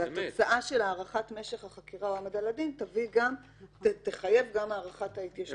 והתוצאה של הארכת משך החקירה או העמדה לדין תחייב גם הארכת ההתיישנות.